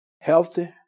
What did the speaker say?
healthy